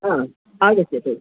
हा आगच्छतु